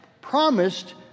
promised